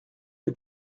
que